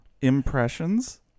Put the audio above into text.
impressions